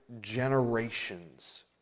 generations